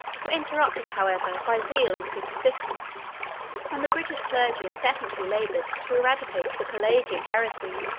were interrupted, however, by zeal and superstition and the british clergy incessantly labored to eradicate the pelagian heresy,